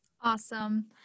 Awesome